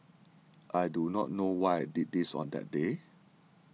I do not know why I did this on that day